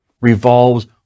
revolves